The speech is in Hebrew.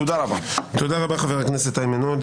תודה רבה, חבר הכנסת איימן עודה.